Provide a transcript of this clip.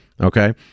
Okay